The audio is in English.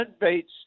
baits